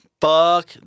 fuck